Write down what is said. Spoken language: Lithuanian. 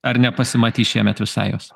ar nepasimatys šiemet visai jos